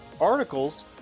articles